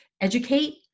educate